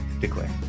declare